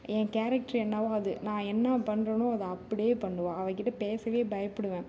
என் character என்னவோ அது நான் என்ன பண்ணுறனோ அதை அப்படியே பண்ணுவாள் அவக்கிட்ட பேசவே பயப்புடுவேன்